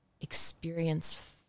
experience